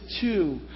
two